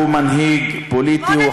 הוא מנהיג פוליטי.